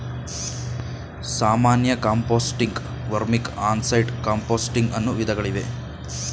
ಸಾಮಾನ್ಯ ಕಾಂಪೋಸ್ಟಿಂಗ್, ವರ್ಮಿಕ್, on site composting ಅನ್ನೂ ವಿಧಗಳಿವೆ